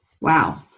Wow